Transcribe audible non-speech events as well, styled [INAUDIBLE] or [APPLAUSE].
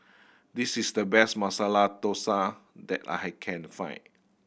this is the best Masala Dosa that I [UNINTELLIGIBLE] can find